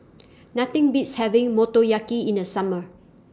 Nothing Beats having Motoyaki in The Summer